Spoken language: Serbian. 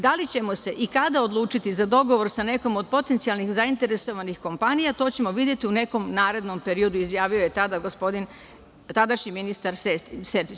Da li ćemo se i kada odlučiti za dogovor sa nekom od potencijalnih zainteresovanih kompanija, to ćemo videti u nekom narednom periodu“, izjavio je tadašnji ministar Sertić.